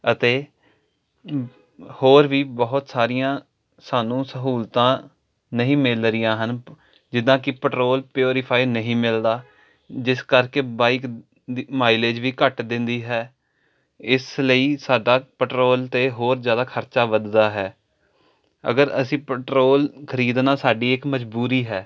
ਅਤੇ ਹੋਰ ਵੀ ਬਹੁਤ ਸਾਰੀਆਂ ਸਾਨੂੰ ਸਹੂਲਤਾਂ ਨਹੀਂ ਮਿਲ ਰਹੀਆਂ ਹਨ ਜਿੱਦਾਂ ਕਿ ਪੈਟਰੋਲ ਪਿਊਰੀਫਾਈ ਨਹੀਂ ਮਿਲਦਾ ਜਿਸ ਕਰਕੇ ਬਾਈਕ ਮਾਈਲੇਜ ਵੀ ਘੱਟ ਦਿੰਦੀ ਹੈ ਇਸ ਲਈ ਸਾਡਾ ਪੈਟਰੋਲ 'ਤੇ ਹੋਰ ਜ਼ਿਆਦਾ ਖਰਚਾ ਵੱਧਦਾ ਹੈ ਅਗਰ ਅਸੀਂ ਪੈਟਰੋਲ ਖਰੀਦਣਾ ਸਾਡੀ ਇੱਕ ਮਜਬੂਰੀ ਹੈ